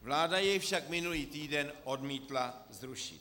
Vláda jej však minulý týden odmítla zrušit.